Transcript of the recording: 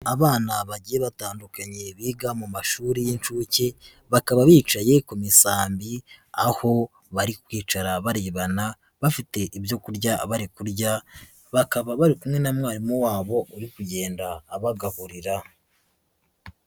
Abana bagiye batandukanye biga mu mashuri y'incuke. Bakaba bicaye ku misambi, aho bari kwicara barebana, bafite ibyo kurya bari kurya, bakaba bari kumwe na mwarimu wabo, uri kugenda abagaburira.